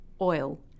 oil